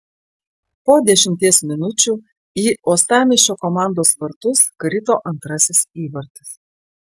po dešimties minučių į uostamiesčio komandos vartus krito antrasis įvartis